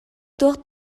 туох